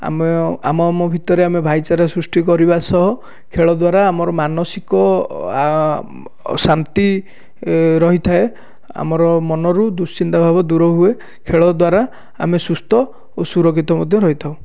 ଆମେ ଆମ ଆମ ଭିତରେ ଭାଇଚାରା ସୃଷ୍ଟି କରିବା ସହ ଖେଳ ଦ୍ଵାରା ଆମର ମାନସିକ ଶାନ୍ତି ରହିଥାଏ ଆମର ମନରୁ ଦୁଶ୍ଚିନ୍ତା ଭାବ ଦୂର ହୁଏ ଖେଳ ଦ୍ଵାରା ଆମେ ସୁସ୍ଥ ଓ ସୁରକ୍ଷିତ ମଧ୍ୟ ରହିଥାଉ